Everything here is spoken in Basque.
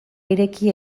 ireki